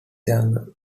younger